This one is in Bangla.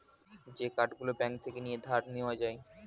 যে কার্ড গুলো ব্যাঙ্ক থেকে নিয়ে ধার নেওয়া যায়